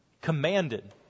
commanded